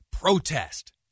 protest